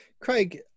Craig